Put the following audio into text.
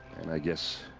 and i guess.